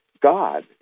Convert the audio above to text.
God